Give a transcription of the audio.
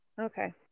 okay